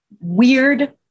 weird